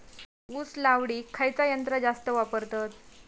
ऊस लावडीक खयचा यंत्र जास्त वापरतत?